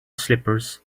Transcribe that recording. slippers